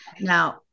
Now